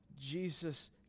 Jesus